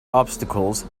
obstacles